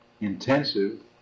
intensive